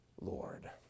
Lord